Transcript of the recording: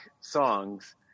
songs